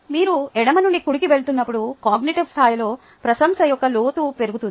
మీరు ఎడమ నుండి కుడికి వెళుతున్నప్పుడు కాగ్నిటివ్ స్థాయిలో ప్రశంస యొక్క లోతు పెరుగుతుంది